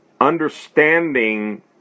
understanding